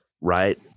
right